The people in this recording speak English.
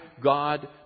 God